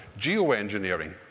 geoengineering